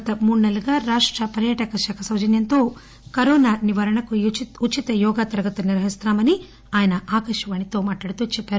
గత మూడు నెలలుగా రాష్ట పర్యాటక సౌజన్యంతో కరోనా నివారణకు ఉచిత యోగా తరగతులు నిర్వహిస్తున్నా మని ఆయన ఆకాశవాణితో మాట్లాడుతూ చెప్పారు